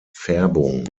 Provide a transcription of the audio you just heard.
färbung